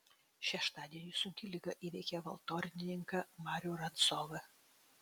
šeštadienį sunki liga įveikė valtornininką marių rancovą